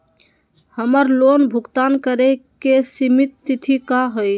हमर लोन भुगतान करे के सिमित तिथि का हई?